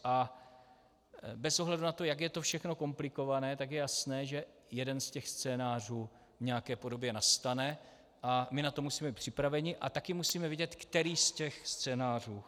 A bez ohledu na to, jak je to všechno komplikované, tak je jasné, že jeden z těch scénářů v nějaké podobě nastane, a my na to musíme být připraveni a taky musíme vědět, který z těch scénářů chceme.